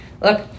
look